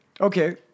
Okay